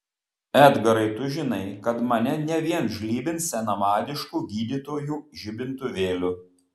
edgarai tu žinai kad mane ne vien žlibins senamadišku gydytojų žibintuvėliu